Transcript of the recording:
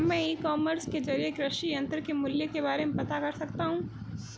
क्या मैं e commerce के ज़रिए कृषि यंत्र के मूल्य के बारे में पता कर सकता हूँ?